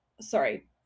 Sorry